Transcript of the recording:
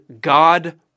God